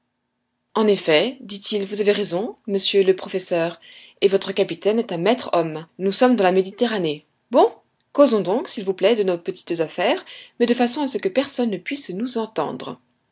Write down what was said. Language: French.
en effet dit-il vous avez raison monsieur le professeur et votre capitaine est un maître homme nous sommes dans la méditerranée bon causons donc s'il vous plaît de nos petites affaires mais de façon à ce que personne ne puisse nous entendre